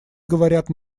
говорят